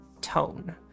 tone